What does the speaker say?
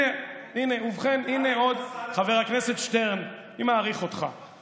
חבר הכנסת שטרן, אני מעריך אותך.